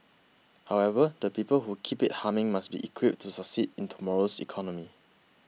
however the people who keep it humming must be equipped to succeed in tomorrow's economy